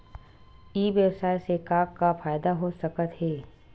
ई व्यवसाय से का का फ़ायदा हो सकत हे?